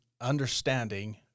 understanding